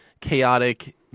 chaotic